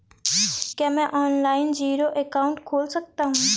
क्या मैं online zero account खोल सकता हूँ?